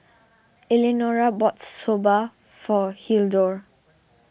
Eleanora bought Soba for Hildur